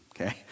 okay